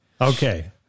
Okay